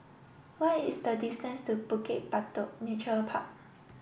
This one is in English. what is the distance to Bukit Batok Nature Park